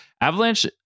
Avalanche